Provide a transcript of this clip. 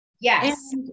Yes